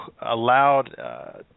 allowed